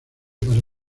para